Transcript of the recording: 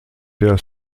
der